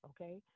Okay